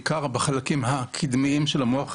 בעיקר בחלקים הקדמיים של המוח,